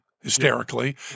hysterically